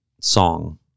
song